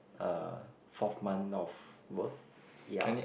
uh fourth month of work ya